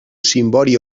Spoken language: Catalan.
cimbori